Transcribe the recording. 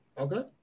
Okay